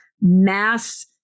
mass